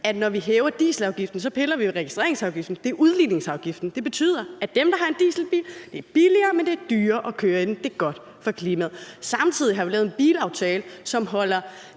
at når vi hæver dieselafgiften, piller vi ved registreringsafgiften. Det er udligningsafgiften, og det betyder, at for dem, der har en dieselbil, er det billigere, men at det er dyrere at køre i den. Det er godt for klimaet. Samtidig har vi lavet en bilaftale, som holder